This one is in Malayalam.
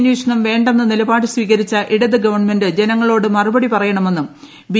അന്വേഷണം വേണ്ടെന്ന നിലപാട് സ്വീകരിച്ച ഇടത് ഗവൺമെന്റ് ജനങ്ങളോട് മറുപടി പറയണമെന്നും ബി